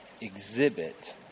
exhibit